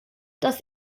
das